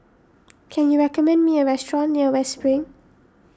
can you recommend me a restaurant near West Spring